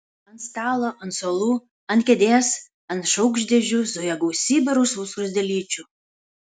ant stalo ant suolų ant kėdės ant šaukštdėčių zuja gausybė rausvų skruzdėlyčių